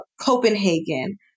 Copenhagen